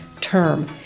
term